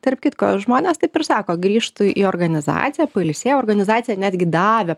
tarp kitko žmonės taip ir sako grįžtu į organizaciją pailsėjau organizacija netgi davė